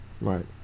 Right